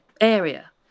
area